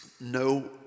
no